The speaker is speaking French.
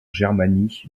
germanie